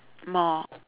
more